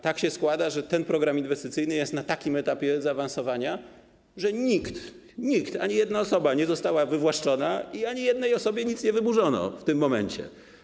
Tak się składa, że ten program inwestycyjny jest na takim etapie zaawansowania, że nikt, ani jedna osoba nie została wywłaszczona i ani jednej osobie niczego nie wyburzono w tym momencie.